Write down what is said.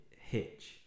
Hitch